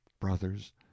brothers